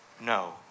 No